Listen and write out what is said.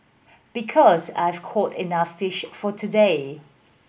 because I've caught enough fish for today